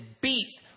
beats